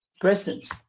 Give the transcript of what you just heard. presence